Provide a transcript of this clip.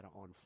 on